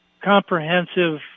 comprehensive